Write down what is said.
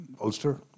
Ulster